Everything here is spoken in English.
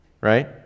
right